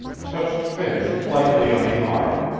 touched finch lightly on the arm,